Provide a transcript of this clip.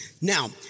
Now